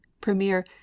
premier